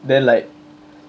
then like